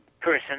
person